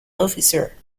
officer